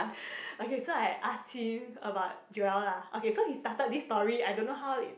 okay so I ask him about Joel lah okay so he started this story I don't know how it